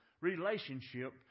relationship